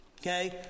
okay